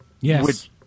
Yes